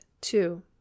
two